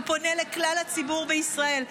הוא פונה לכלל הציבור בישראל,